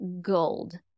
gold